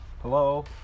Hello